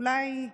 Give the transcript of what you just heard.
אולי,